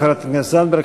תודה לחברת הכנסת זנדברג.